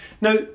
Now